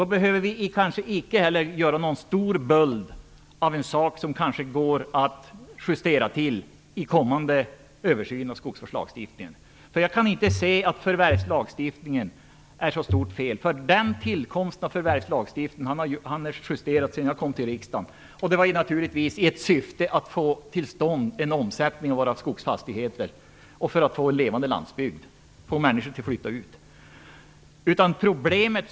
Då behöver vi kanske icke heller göra en stor böld av en sak som kanske går att justera vid kommande översyn av skogsvårdslagstiftningen. Jag kan inte se att det finns några stora felaktigheter i förvärvslagstiftningen. Ändringen i förvärvslagstiftningen tillkom - och den justerades innan jag kom till riksdagen - i ett syfte att få till stånd en omsättning av våra skogsfastigheter och för att få en levande landsbygd, dvs. förmå människor att flytta ut till landsbygden.